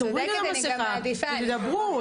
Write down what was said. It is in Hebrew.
תורידו את המסכה ותדברו.